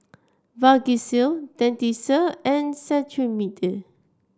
Vagisil Dentiste and Cetrimide